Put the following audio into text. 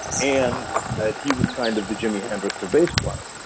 and that he was kind of the jimi hendrix of bass players,